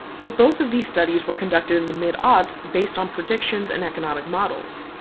but both of these studies were conducted in the mid ah aughts based on predictions and economic models.